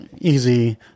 easy